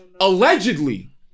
allegedly